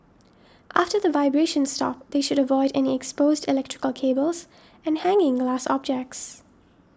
after the vibrations stop they should avoid any exposed electrical cables and hanging glass objects